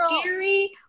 scary